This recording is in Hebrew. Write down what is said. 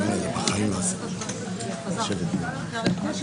בסיטואציה של חשש לפלילים הוא מעביר לאותו גורם